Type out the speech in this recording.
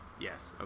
Yes